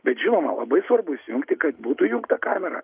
bet žinoma labai svarbu įsujungti kad būtų įjungta kamera